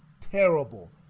terrible